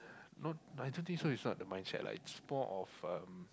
not I don't think so it's not the mindset lah it's more of um